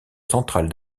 central